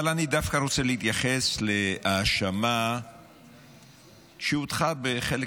אבל אני דווקא רוצה להתייחס להאשמה שהוטחה בחלק